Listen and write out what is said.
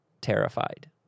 terrified